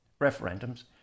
referendums